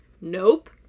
Nope